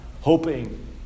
hoping